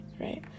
right